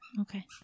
Okay